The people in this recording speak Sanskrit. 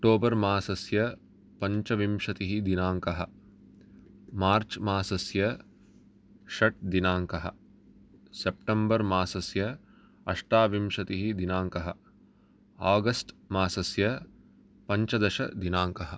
अक्टोबर् मासस्य पञ्चविंशतिदिनाङ्कः मार्च् मासस्य षट् दिनाङ्कः सेप्टम्बर् मासस्य अष्टाविंशतिदिनाङ्कः आगस्ट् मासस्य पञ्चदशदिनाङ्कः